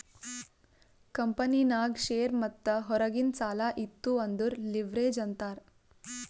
ಕಂಪನಿನಾಗ್ ಶೇರ್ ಮತ್ತ ಹೊರಗಿಂದ್ ಸಾಲಾ ಇತ್ತು ಅಂದುರ್ ಲಿವ್ರೇಜ್ ಅಂತಾರ್